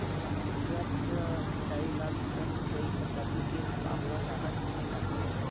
द्रप्स सिंचाई ला दूसर सिंचाई पद्धिति के मुकाबला जादा चुने जाथे